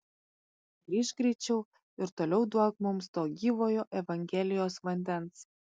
grįžk greičiau ir toliau duok mums to gyvojo evangelijos vandens